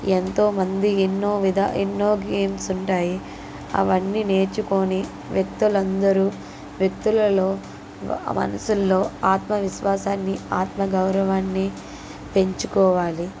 ఎంతోమంది ఎన్నో విధ ఎన్నో గేమ్స్ ఉంటాయి అవన్నీ నేర్చుకుని వ్యక్తులందరూ వ్యక్తులలో మనసుల్లో ఆత్మవిశ్వాసాన్ని ఆత్మగౌరవాన్నీ పెంచుకోవాలి